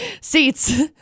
Seats